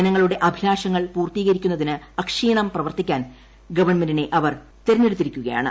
ജനങ്ങളുടെ അഭിലാഷങ്ങൾ പൂർത്തീകരിക്കുന്നതിന് അക്ഷീണം പ്രവർത്തിക്കാൻ ഗവൺമെന്റിനെ അവർ തെരഞ്ഞെടുത്തിരിക്കുകയാണ്